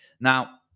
Now